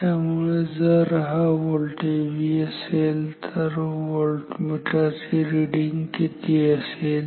त्यामुळे जर हा व्होल्टेज V असेल तर व्होल्टमीटर ची रिडींग किती असेल